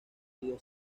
río